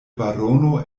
barono